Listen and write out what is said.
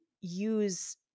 use